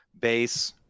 base